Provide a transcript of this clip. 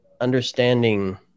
understanding